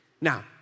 Now